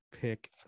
pick